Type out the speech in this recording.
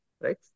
right